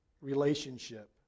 relationship